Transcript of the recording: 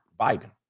vibing